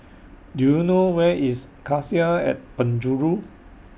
Do YOU know Where IS Cassia At Penjuru